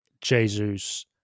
Jesus